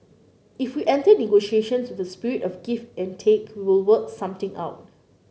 if we enter negotiations with a spirit of give and take we will work something out